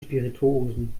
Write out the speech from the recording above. spirituosen